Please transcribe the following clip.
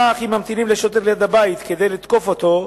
כך, אם ממתינים לשוטר ליד הבית כדי לתקוף אותו,